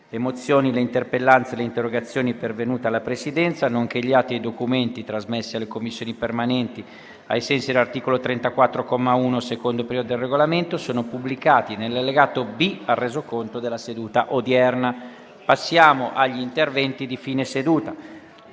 Le mozioni, le interpellanze e le interrogazioni pervenute alla Presidenza, nonché gli atti e i documenti trasmessi alle Commissioni permanenti ai sensi dell'articolo 34, comma 1, secondo periodo, del Regolamento sono pubblicati nell'allegato B al Resoconto della seduta odierna. **Ordine del giorno per la seduta